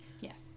Yes